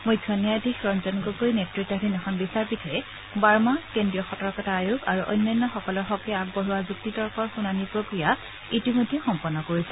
মুখ্য ন্যায়াধীশ ৰঞ্জন গগৈ নেতৃতাধীন এখন বিচাৰপীঠে বাৰ্মা কেন্দ্ৰীয় সতৰ্কতা আয়োগ আৰু অন্যান্যসকলৰ হকে আগবঢ়োৱা যুক্তি তৰ্কৰ শুনানী প্ৰক্ৰিয়া ইতিমধ্যে সম্পন্ন কৰিছে